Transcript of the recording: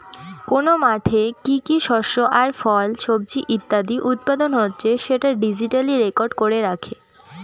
কোন মাঠে কি কি শস্য আর ফল, সবজি ইত্যাদি উৎপাদন হচ্ছে সেটা ডিজিটালি রেকর্ড করে রাখে